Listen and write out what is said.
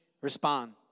respond